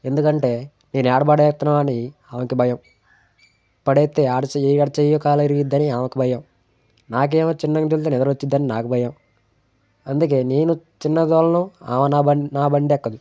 ఎందుకంటే నేను ఎక్కడ పాడేత్తనో అని ఆమెకి భయం పడేత్తే ఆడ చె ఎక్కడ చెయ్యో కాలో ఇరుగుద్దని ఆమెకి భయం నాకేమో చిన్నగా తోలితే నిద్దరొచ్చిద్దని నాకు భయం అందుకే నేను చిన్నగా తోలను ఆమె నా బండి నా బండి ఎక్కదు